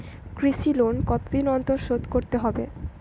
কৃষি লোন কতদিন অন্তর শোধ করতে হবে?